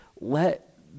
let